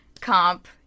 comp